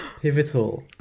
Pivotal